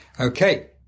Okay